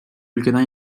ülkeden